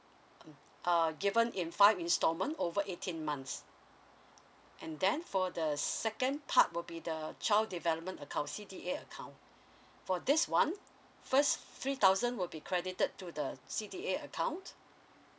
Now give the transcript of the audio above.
mm err given in five installment over eighteen months and then for the second part will be the child development account C_D_A account for this one first three thousand would be credited to the C_D_A account